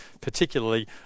particularly